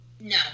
no